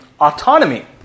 autonomy